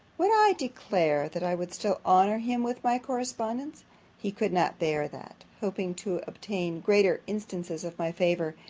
would i declare, that i would still honour him with my correspondence he could not bear, that, hoping to obtain greater instances of my favour,